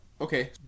Okay